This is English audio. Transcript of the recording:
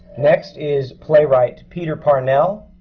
next, is playwright peter parnell,